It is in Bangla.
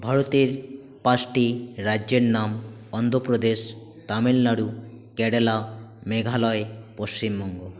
ভারতের পাঁচটি রাজ্যের নাম অন্ধ্রপ্রদেশ তামিলনাড়ু কেরালা মেঘালয় পশ্চিমবঙ্গ